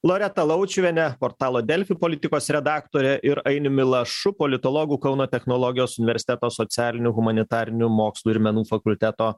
loreta laučiuvienė portalo delfi politikos redaktorė ir ainiumi lašu politologu kauno technologijos universiteto socialinių humanitarinių mokslų ir menų fakulteto